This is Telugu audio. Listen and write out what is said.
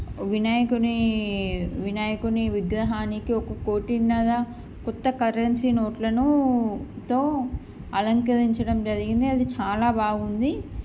వినాయకుని వినాయకుని విగ్రహానికి ఒక కోటిన్నర ఉత్త కరెన్సీ నోట్లనుతో అలంకరించడం జరిగింది అది చాలా బాగుంది